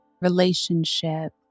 relationship